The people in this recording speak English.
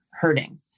hurting